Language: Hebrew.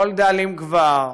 כל דאלים גבר,